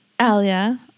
Alia